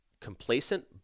complacent